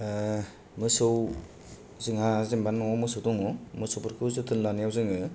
मोसौ जोंहा जेन'बा न'आव मोसौ दङ मोसौफोरखौ जोथोन लानायाव जोङो